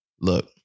look